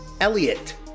Elliot